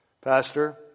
Pastor